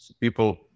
people